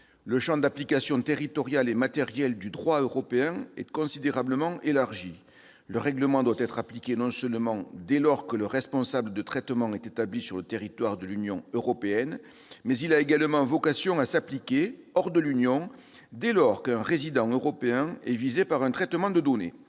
Le champ d'application territorial et matériel du droit européen est considérablement élargi : le règlement doit non seulement être appliqué lorsque le responsable de traitement est établi sur le territoire de l'Union européenne, mais il a également vocation à s'appliquer hors de l'Union, dès lors qu'un résident européen est visé par un traitement de données.